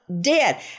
dead